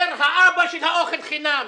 אומר מי שהוא האבא של אוכלי החינם,